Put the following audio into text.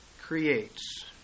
creates